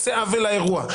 עושה עוול לאירוע.